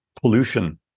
pollution